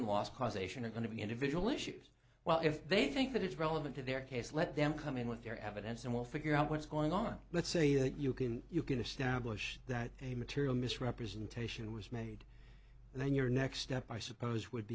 loss causation are going to be individual issues well if they think that it's relevant to their case let them come in with their evidence and we'll figure out what's going on let's say that you can you can establish that a material misrepresentation was made and then your next step i suppose would